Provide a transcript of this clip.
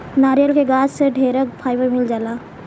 नारियल के गाछ से ढेरे फाइबर मिल जाला